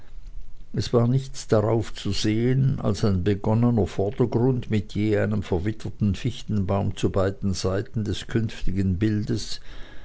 es war nichts darauf zu sehen als ein begonnener vordergrund mit je einem verwitterten fichtenbaum zu beiden seiten des künftigen bildes